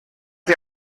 die